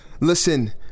Listen